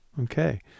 Okay